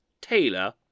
Taylor